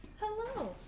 Hello